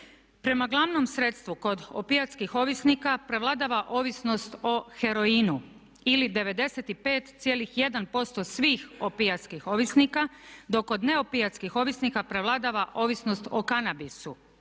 Prema glavnom sredstvu kod opijatskih ovisnika prevladava ovisnost o heroinu ili 95,1% svih opijatskih ovisnika, dok od neopijatskih ovisnika prevladava ovisnost o kanabisu